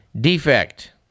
defect